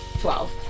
Twelve